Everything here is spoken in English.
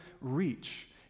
reach